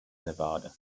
nevada